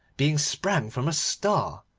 being sprang from a star,